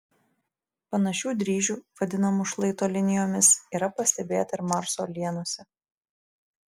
panašių dryžių vadinamų šlaito linijomis yra pastebėta ir marso uolienose